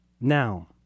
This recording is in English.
now